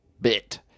bit